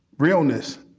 realness